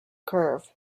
curve